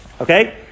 Okay